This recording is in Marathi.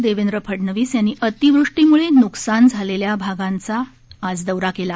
देवेंद्र फडणवीस यांनी अतिवृष्टीमुळे नुकसान झालेल्या भागांचा दौरा केला